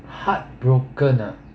heartbroken ah